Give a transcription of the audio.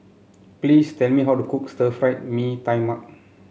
please tell me how to cook Stir Fried Mee Tai Mak